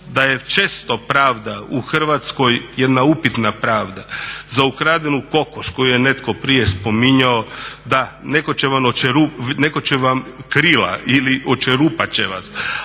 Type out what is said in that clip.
da je često pravda u Hrvatskoj jedna upitna pravda. Za ukradenu kokoš koju je netko prije spominjao, da netko će vam krila ili očerupat će vas